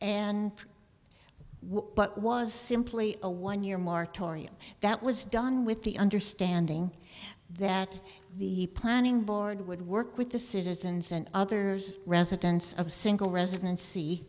but was simply a one year mark tory that was done with the understanding that the planning board would work with the citizens and others residents of single residency